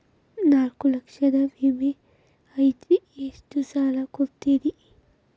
ನಾಲ್ಕು ಲಕ್ಷದ ವಿಮೆ ಐತ್ರಿ ಎಷ್ಟ ಸಾಲ ಕೊಡ್ತೇರಿ?